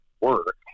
work